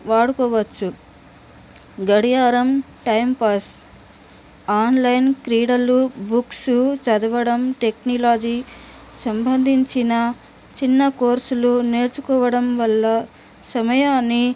వాడుకోవచ్చు గడియారం timepass online క్రీడలు బుక్స్ చదవడం టెక్నాలజీ సంబంధించిన చిన్న కోర్సులు నేర్చుకోవడం వల్ల సమయాన్ని